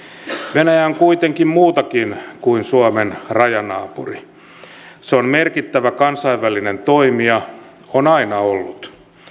venäjä on kuitenkin muutakin kuin suomen rajanaapuri se on merkittävä kansainvälinen toimija on aina ollut